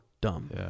dumb